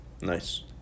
Nice